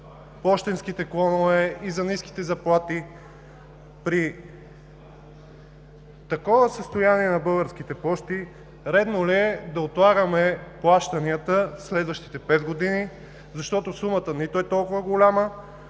пощенските клонове и за ниските заплати. При такова състояние на Български пощи, редно ли е да отлагаме плащанията през следващите 5 години? Сумата не е нито толкова голяма,